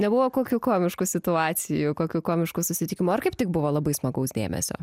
nebuvo kokių komiškų situacijų kokių komiškų susitikimų ar kaip tik buvo labai smagaus dėmesio